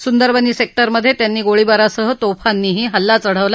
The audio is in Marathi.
सुंदरबनी सेक्टरमधे त्यांनी गोळीबारासह तोफांनीही हल्ला चढवला